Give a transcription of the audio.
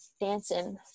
dancing